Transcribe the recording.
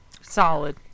solid